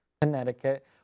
Connecticut